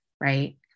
right